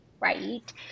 right